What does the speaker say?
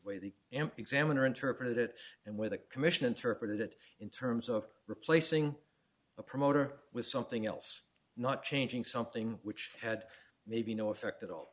amp examiner interpreted it and where the commission interpreted it in terms of replacing a promoter with something else not changing something which had maybe no effect at all